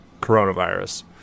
coronavirus